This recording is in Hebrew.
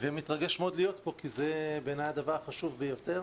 ומתרגש מאוד להיות פה כי זה בעיניי הדבר החשוב ביותר